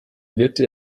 wirkte